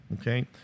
okay